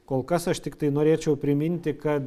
kol kas aš tiktai norėčiau priminti kad